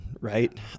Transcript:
right